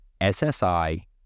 SSI